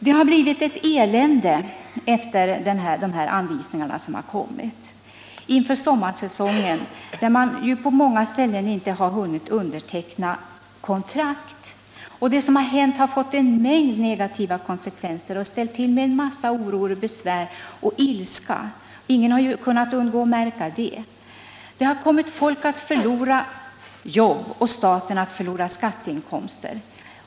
Det har blivit ett elände inför sommarsäsongen efter de anvisningar som kommit. På många ställen har man inte hunnit underteckna kontrakt. Och det som hänt har fått en mängd negativa konsekvenser och ställt till med en massa oro, besvär och ilska — ingen har kunnat undgå att märka det. Det har kommit folk att förlora jobb och staten att förlora skatteinkomster.